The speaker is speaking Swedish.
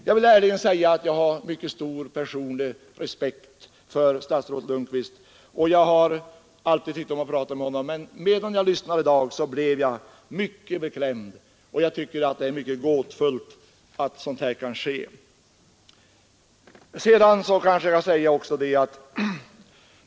Jag vill ärligt säga att jag har mycket stor personlig respekt för statsrådet Lundkvist, och jag har alltid tyckt om att prata med honom, men medan jag lyssnade här i dag blev jag mycket beklämd. Jag tycker att det är gåtfullt att sådant här kan ske.